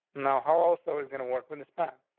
now, how also is gonna work with this plan?